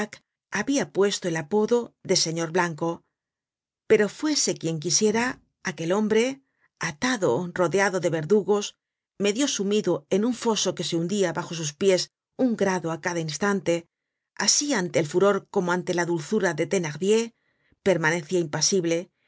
habia puesto el apodo de señor blanco pero fuese quien quisiera aquel hombre atado rodeado de verdugos medio sumido en un foso que se hundia bajo sus pies un grado á cada instante asi ante el furor como ante la dulzura de thenardier permanecia impasible